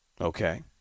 Okay